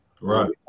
right